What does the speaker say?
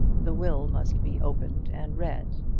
the will must be opened and read.